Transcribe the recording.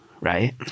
right